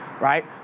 right